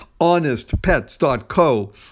honestpets.co